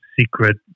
secret